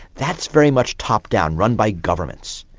that's very much top-down, run by governments.